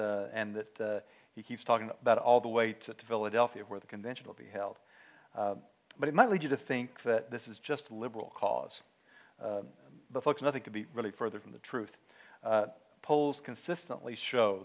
and that he keeps talking about all the way to philadelphia where the conventional be held but it might lead you to think that this is just liberal cause the folks nothing could be really further from the truth polls consistently show